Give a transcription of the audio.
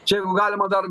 čia jau galima dar